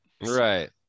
right